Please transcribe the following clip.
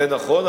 זה נכון,